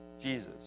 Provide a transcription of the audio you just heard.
Jesus